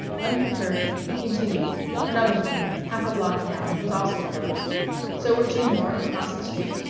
unperturbed he continued another one, half a block down, was also closed so were two more across the street,